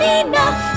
enough